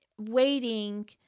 waiting